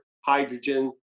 hydrogen